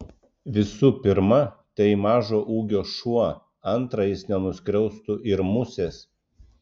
visų pirma tai mažo ūgio šuo antra jis nenuskriaustų ir musės